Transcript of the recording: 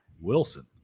wilson